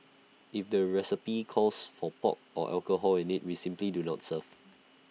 if the recipe calls for pork or alcohol in IT we simply do not serve